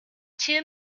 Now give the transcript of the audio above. two